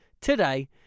today